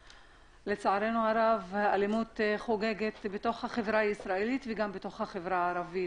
לצערנו הרב האלימות חוגגת בתוך החברה הישראלית וגם בתוך החברה הערבית.